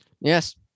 Yes